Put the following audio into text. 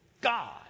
God